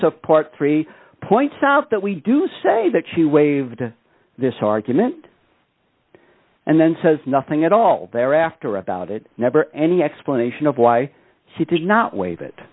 part three points out that we do say that she waived this argument and then says nothing at all thereafter about it never any explanation of why she did not waive it